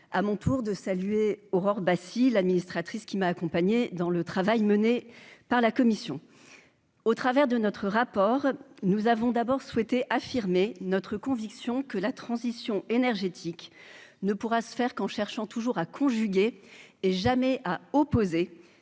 à mon tour de saluer Aurore l'administratrice qui m'a accompagné dans le travail mené par la Commission au travers de notre rapport, nous avons d'abord souhaité affirmer notre conviction que la transition énergétique ne pourra se faire qu'en cherchant toujours à conjuguer et jamais à opposer